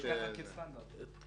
סדר הגודל ברשומות.